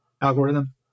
algorithm